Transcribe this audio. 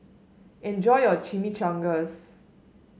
enjoy your Chimichangas